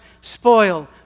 spoil